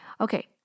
Okay